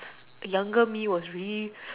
younger me was really